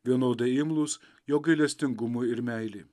vienodai imlūs jo gailestingumui ir meilei